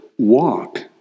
Walk